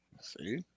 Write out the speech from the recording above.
see